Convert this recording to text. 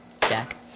Jack